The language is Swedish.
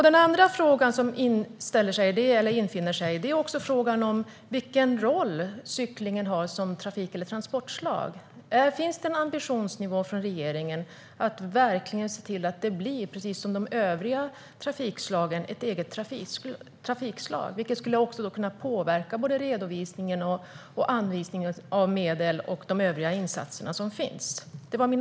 Den andra fråga som infinner sig är vilken roll cyklingen har som trafik och transportslag. Finns det en ambitionsnivå från regeringen att verkligen se till att det blir ett eget trafikslag? Det skulle kunna påverka både redovisningen och anvisningen av medel och övriga insatser.